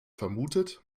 vermutet